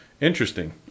Interesting